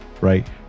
right